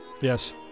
Yes